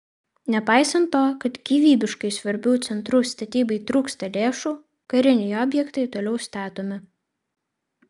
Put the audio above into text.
nepaisant to kad gyvybiškai svarbių centrų statybai trūksta lėšų kariniai objektai toliau statomi